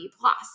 plus